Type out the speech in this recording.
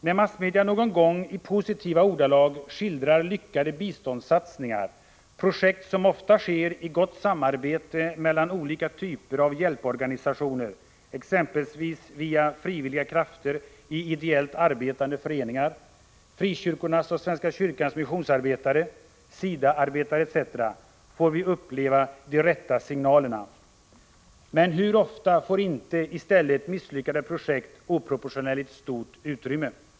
När massmedia någon gång i positiva ordalag skildrar lyckade biståndssatsningar — projekt som ofta genomförs i gott samarbete mellan olika typer av hjälporganisationer, exempelvis via frivilliga krafter i ideellt arbetande föreningar, frikyrkornas och svenska kyrkans missionsarbetare, SIDA-arbetare etc. — får vi uppleva de rätta signalerna. Men hur ofta får inte i stället misslyckade projekt oproportionellt stort utrymme.